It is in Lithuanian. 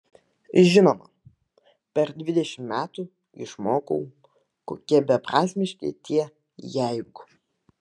žinoma per dvidešimt metų išmokau kokie beprasmiški tie jeigu